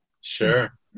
Sure